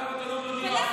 עליו אתה לא אומר מילה.